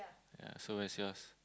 yea so where's yours